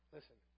Listen